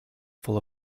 full